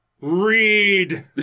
read